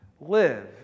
live